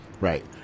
Right